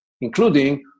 including